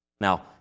Now